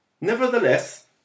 Nevertheless